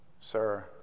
Sir